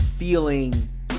feeling